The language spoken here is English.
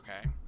okay